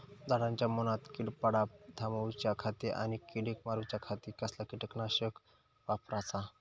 झाडांच्या मूनात कीड पडाप थामाउच्या खाती आणि किडीक मारूच्याखाती कसला किटकनाशक वापराचा?